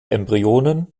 embryonen